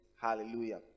Hallelujah